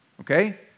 Okay